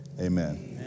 Amen